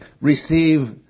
receive